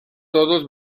todos